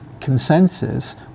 consensus